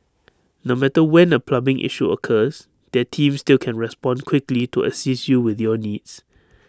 no matter when A plumbing issue occurs their team still can respond quickly to assist you with your needs